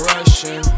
Russian